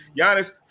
Giannis